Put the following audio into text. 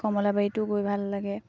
কমলাবাৰীটো গৈ ভাল লাগে